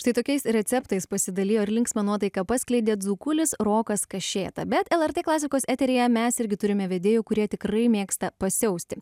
štai tokiais receptais pasidalijo ir linksmą nuotaiką paskleidė dzūkulis rokas kašėta bet lrt klasikos eteryje mes irgi turime vedėjų kurie tikrai mėgsta pasiausti